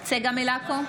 צגה מלקו,